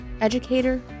educator